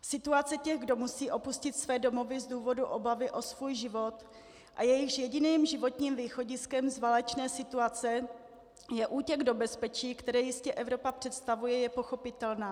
Situace těch, kdo musí opustit své domovy z důvodu obavy o svůj život a jejichž jediným životním východiskem z válečné situace je útěk do bezpečí, které jistě Evropa představuje, je pochopitelná.